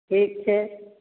ठीक छै